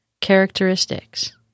characteristics